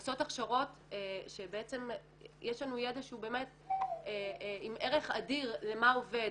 עושות הכשרות שבעצם יש לנו ידע שהוא באמת עם ערך אדיר למה עובד,